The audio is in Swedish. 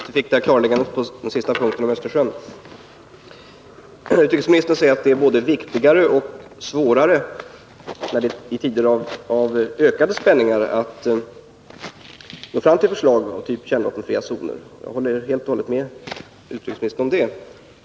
Fru talman! Det var bra att vi fick detta klarläggande på den sista punkten, dvs. i fråga om Östersjön. Utrikesministern säger att det i tider av ökad spänning är både viktigare och svårare att nå fram till förslag av typ kärnvapenfria zoner. Jag håller helt och hållet med utrikesministern om det.